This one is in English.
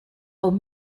old